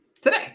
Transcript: today